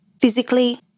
physically